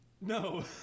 No